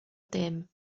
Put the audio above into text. ddim